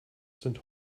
sind